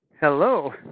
hello